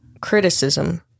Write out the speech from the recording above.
criticism